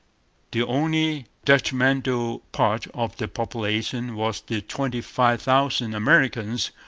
the only detrimental part of the population was the twenty-five thousand americans,